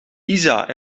isa